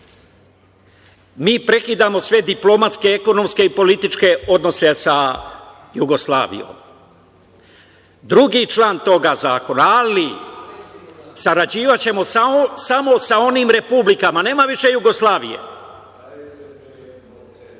mi prekidamo sve diplomatske, ekonomske i političke odnose sa Jugoslavijom. Drugi član tog zakona – ali sarađivaćemo samo sa onim Republikama, nema više Jugoslavije,